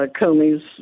Comey's